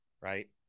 right